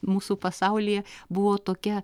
mūsų pasaulyje buvo tokia